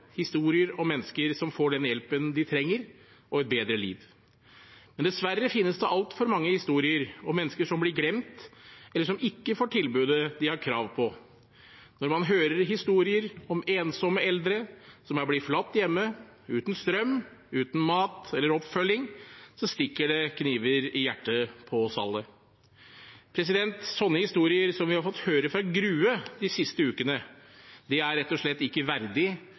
historier om mennesker som får den hjelpen de trenger – og et bedre liv. Men dessverre finnes det altfor mange historier om mennesker som blir glemt, eller som ikke får tilbudet de har krav på. Når man hører historier om ensomme eldre som er blitt forlatt hjemme uten strøm, uten mat og oppfølging, stikker det som kniver i hjertet på oss alle. Sånne historier som vi har fått høre fra Grue de siste ukene, er rett og slett ikke verdig